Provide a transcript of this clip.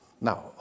Now